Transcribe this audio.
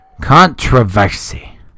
Controversy